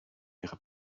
ihre